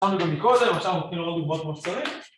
‫שמענו גם מקודם, ‫עכשיו הולכים לראות דוגמה כמו שצריך.